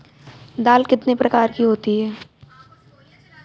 दाल कितने प्रकार की होती है?